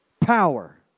power